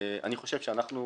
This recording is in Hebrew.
אני חושב שאנחנו